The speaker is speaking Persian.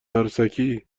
عروسکی